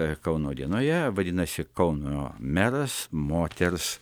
kauno dienoje vadinasi kauno meras moters